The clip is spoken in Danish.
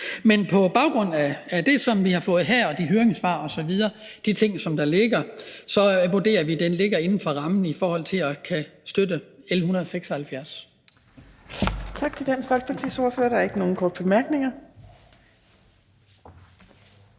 Men på baggrund af det, som vi har fået her, og de høringssvar, der er osv., altså de ting, som der ligger, så vurderer vi, at det ligger inden for rammen i forhold til at kunne støtte L 176.